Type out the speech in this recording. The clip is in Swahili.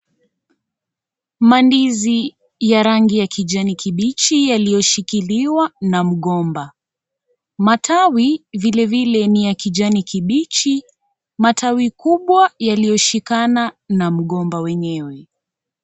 Mandizi ya rangi ya kijani kibichi yaliyo shikiliwa na mgomba, matawi vilevile ni ya kijani kibichi ,matawi kubwa yaliyoshikana na mgomba wenyewe.